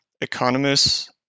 economists